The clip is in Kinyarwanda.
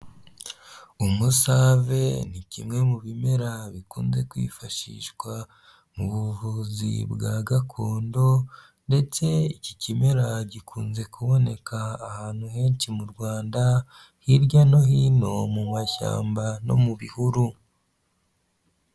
Umusave ni kimwe mu bimera bikunze kwifashishwa mu buvuzi bwa gakondo, ndetse iki kimera gikunze kuboneka ahantu henshi mu Rwanda hirya no hino mu mashyamba no mu bihuru.